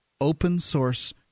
open-source